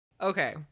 Okay